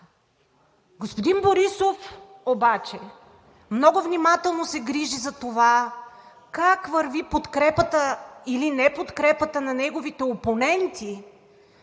Господин Борисов обаче много внимателно се грижи за това как върви подкрепата или неподкрепата на неговите опоненти